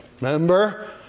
Remember